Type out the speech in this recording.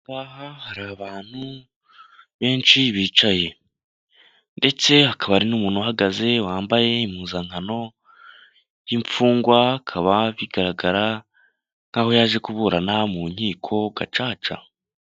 Aha ngaha hari abantu benshi bicaye ndetse hakaba hari n'umuntu uhagaze wambaye impuzankano y'imfungwa, bikaba bigaragara nk'aho yaje kuburana mu nkiko gacaca.